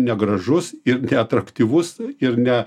negražus ir atraktyvus ir ne